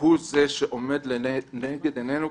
הוא זה שעומד לנגד עינינו.